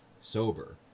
sober